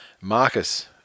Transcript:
Marcus